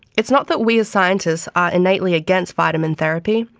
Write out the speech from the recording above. it's not that we as scientists are innately against vitamin therapy,